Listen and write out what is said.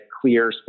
clear